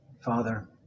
Father